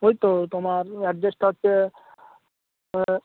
ওই তো তোমার অ্যাড্রেসটা হচ্ছে